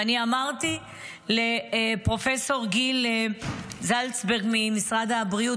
ואני אמרתי לפרופ' גיל זלצמן ממשרד הבריאות,